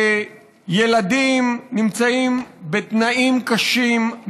ילדים נמצאים בתנאים קשים,